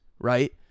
right